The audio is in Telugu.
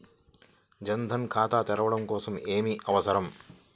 జన్ ధన్ ఖాతా తెరవడం కోసం ఏమి అవసరం?